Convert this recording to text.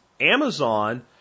Amazon